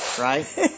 right